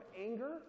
anger